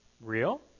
real